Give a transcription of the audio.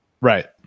Right